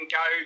go